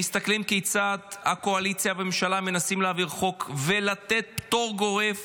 הם מסתכלים כיצד הקואליציה והממשלה מנסים להעביר חוק ולתת פטור גורף